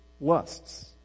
lusts